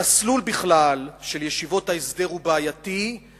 המסלול של ישיבות ההסדר הוא בעייתי,